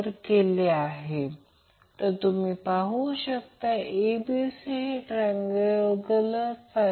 तर हे असे आहे याचा अर्थ हे कसे घडते ते 120° वेगळे आहे